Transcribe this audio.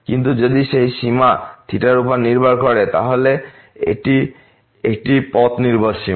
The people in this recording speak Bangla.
কিন্তু যদি সেই সীমা থিটার উপর নির্ভর করে তাহলে আবার এটি একটি পথ নির্ভর সীমা